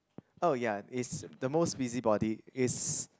oh ya it's the most busybody is